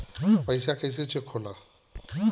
पैसा कइसे चेक होला?